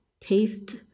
taste